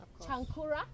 Chankura